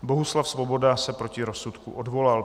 Bohuslav Svoboda se proti rozsudku odvolal.